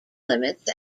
limits